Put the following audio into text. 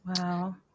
wow